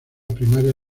primaria